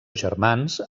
germans